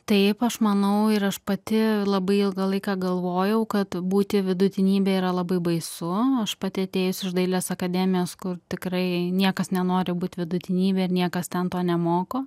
taip aš manau ir aš pati labai ilgą laiką galvojau kad būti vidutinybe yra labai baisu aš pati atėjusi iš dailės akademijos kur tikrai niekas nenori būt vidutinybe ir niekas ten to nemoko